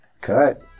Cut